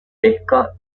pesca